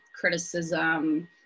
criticism